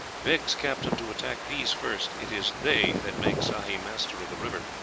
begs captain to attack these first it is they that make sehi master of the river.